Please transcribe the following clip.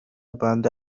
بنده